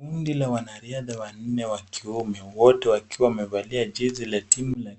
Kundi la wanariadhaa wanne wa kiume wote wakiwa wamevalia jezi la timu yao.